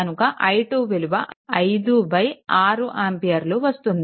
కనుక i2 విలువ 56 ఆంపియర్లు వస్తుంది